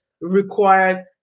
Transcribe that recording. required